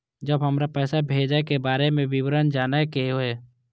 जब हमरा पैसा भेजय के बारे में विवरण जानय के होय?